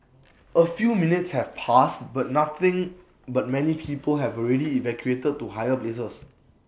A few minutes have passed but nothing but many people have already evacuated to higher places